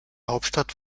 hauptstadt